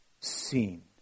seen